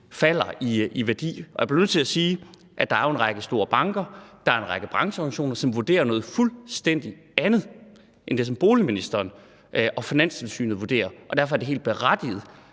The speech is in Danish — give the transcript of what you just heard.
falder i værdi. Og jeg bliver nødt til at sige, at der jo er en række store banker, der er en række brancheorganisationer, som vurderer noget fuldstændig andet end det, som boligministeren og Finanstilsynet vurderer, og derfor er det helt berettiget,